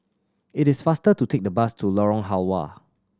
it is faster to take the bus to Lorong Halwa